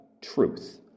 truth